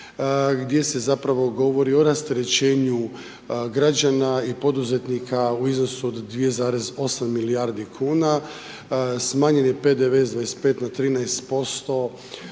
gdje se zapravo govori o rasterećenju građana i poduzetnika u iznosu od 2,8 milijardi kuna, smanjen je PDV s 25 na 13%